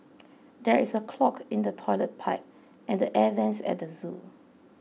there is a clog in the Toilet Pipe and the Air Vents at the zoo